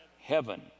Heaven